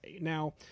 Now